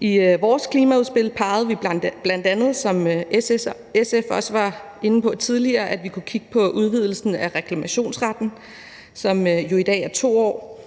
I vores klimaudspil pegede vi bl.a., som SF også var inde på tidligere, på, at vi kunne kigge på en udvidelse af reklamationsretten, som jo i dag er 2 år.